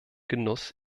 genuss